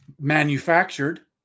manufactured